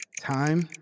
Time